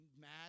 mad